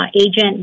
Agent